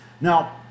Now